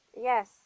Yes